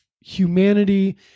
humanity